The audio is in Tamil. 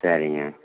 சரிங்க